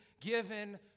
given